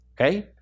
okay